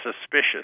suspicious